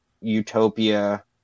utopia